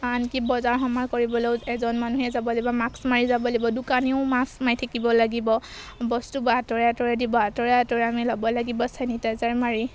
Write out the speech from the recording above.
আনকি বজাৰ সমাৰ কৰিবলৈ এজন মানুহে যাব লাগিব মাক্স মাৰি যাব লাগিব দোকানীয়েও মাক্স মাৰি থাকিব লাগিব বস্তুবোৰ আঁতৰে আঁতৰে দিব আঁতৰে আঁতৰে আমি ল'ব লাগিব চেনিটাইজাৰ মাৰি